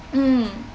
mm